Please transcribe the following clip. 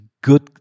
good